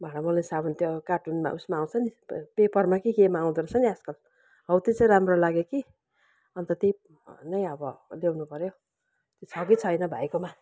भाँडा मोल्ने साबुन त्यो कार्टुनमा उसमा आउँछ नि पे पेपरमा कि केमा आउँदोरहेछ नि आजकल हौ त्यो चाहिँ राम्रो लाग्यो कि अन्त त्यही नै अब ल्याउनुपर्यो त्यो छ कि छैन भाइकोमा